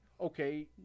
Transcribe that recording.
Okay